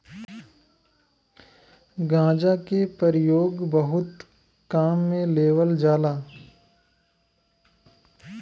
गांजा क परयोग बहुत काम में लेवल जाला